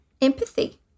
empathy